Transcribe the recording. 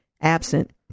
absent